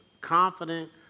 confident